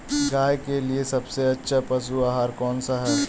गाय के लिए सबसे अच्छा पशु आहार कौन सा है?